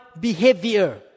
behavior